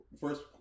First